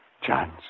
chance